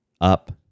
up